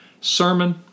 Sermon